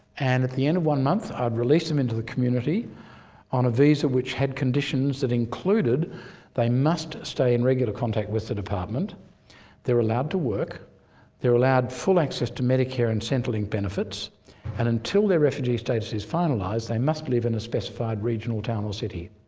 and at the end of one month i'd release them into the community on a visa which had conditions that included they must stay in regular contact with the department they're allowed to work they're allowed access to medicare and centrelink benefits and until their refugee status is finalised, they must live in a specified regional town or city.